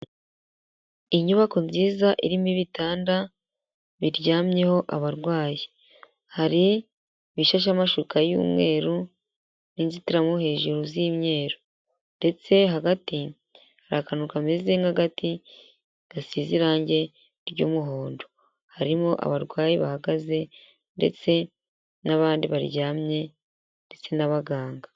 Inyubako nziza irimo ibitanda biryamyeho abarwayi, hari ibishasheho amashuka y'umweru n'inzitiramubu hejuru z'imyeru ndetse hagati hari akantu kameze nk'agati gasize irangi ry'umuhondo, harimo abarwayi bahagaze ndetse n'abandi baryamye ndetse n'abaganga.